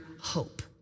hope